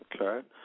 Okay